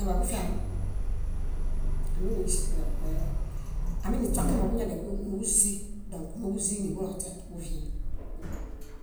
Buñaḃabufiamo. Amini ŝi- e- e- aminiśokembo búñaḃanuḃuzii. Dõk móḃuziimi bulośe, buviẽ.